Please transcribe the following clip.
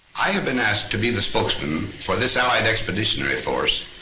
i have been asked to be the spokesman for this allied expeditionary force,